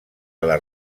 les